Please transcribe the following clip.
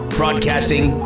broadcasting